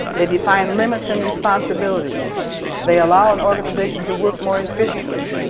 they define limits and responsibilities they allow an organization to work more efficiently.